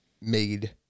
made